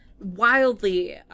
wildly